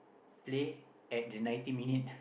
play at the nineteen minute